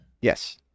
Yes